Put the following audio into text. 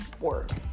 Word